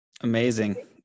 Amazing